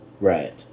Right